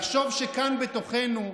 לחשוב שכאן בתוכנו,